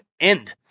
end